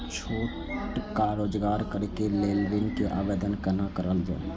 छोटका रोजगार करैक लेल ऋण के आवेदन केना करल जाय?